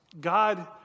God